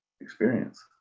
experience